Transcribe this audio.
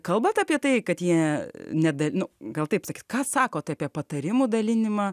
kalbat apie tai kad jie ne nu gal taip sakyt ką sakot apie patarimų dalinimą